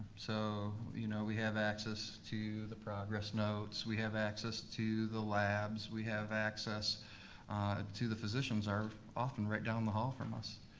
so you know we have access to the progress notes, we have access to the labs, we have access to the physicians are often right down the hall from us.